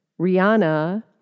Rihanna